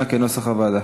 (מכר ושיווק של גז טבעי על-ידי מזקק נפט),